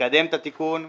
לקדם את התיקון,